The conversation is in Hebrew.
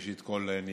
ראשית כול,